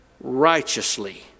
righteously